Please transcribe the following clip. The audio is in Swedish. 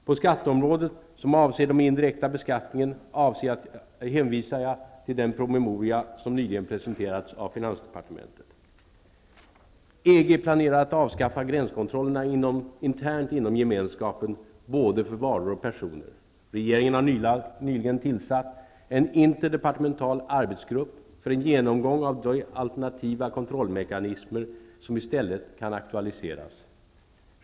På skatteområdet, som avser den indirekta beskattningen, hänvisar jag till den promemoria som nyligen presenterats av finansdepartementet. -- EG planerar att avskaffa gränskontrollerna internt inom Gemenskapen både för varor och för personer. Regeringen har nyligen tillsatt en interdepartemental arbetsgrupp för en genomgång av de alternativa kontrollmekanismer som i stället kan aktualiseras.